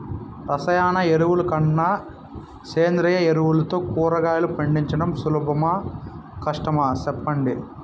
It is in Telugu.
రసాయన ఎరువుల కన్నా సేంద్రియ ఎరువులతో కూరగాయలు పండించడం సులభమా కష్టమా సెప్పండి